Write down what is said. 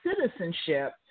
citizenship